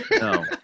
No